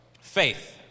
faith